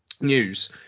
news